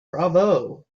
bravo